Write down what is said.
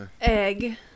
Egg